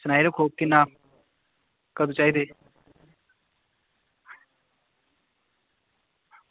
सनाई ओड़ेओ किन्ना कदूं चाहिदी